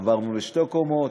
עברנו לשתי קומות,